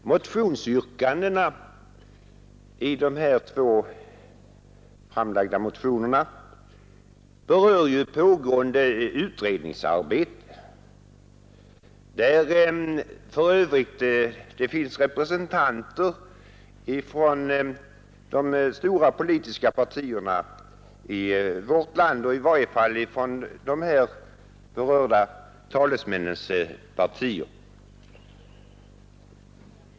Yrkandena i de två framlagda motionerna berör ju pågående utredningar, där det för övrigt finns representanter från de stora politiska partierna i vårt land — i varje fall från de här berörda talarnas partier.